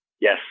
Yes